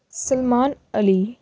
Salman Ali